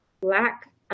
black